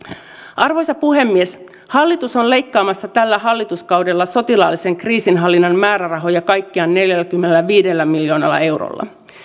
arvoisa puhemies hallitus on leikkaamassa tällä hallituskaudella sotilaallisen kriisinhallinnan määrärahoja kaikkiaan neljälläkymmenelläviidellä miljoonalla eurolla